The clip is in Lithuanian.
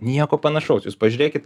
nieko panašaus jūs pažiūrėkit